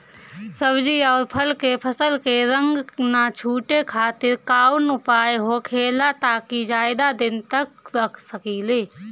सब्जी और फल के फसल के रंग न छुटे खातिर काउन उपाय होखेला ताकि ज्यादा दिन तक रख सकिले?